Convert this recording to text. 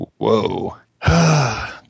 Whoa